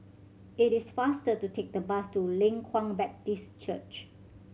it is faster to take the bus to Leng Kwang Baptist Church